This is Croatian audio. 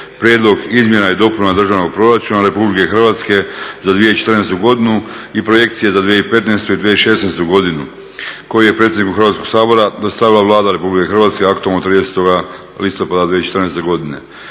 prijedlog izmjena i dopuna Državnog proračuna RH za 2014. godinu i projekcije za 2015. i 2016. godinu koji je predsjedniku Hrvatskog sabora dostavila Vlada RH aktom od 30. listopada 2014. godine.